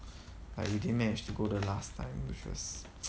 like you didn't manage to go the last time which was